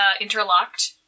interlocked